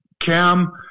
Cam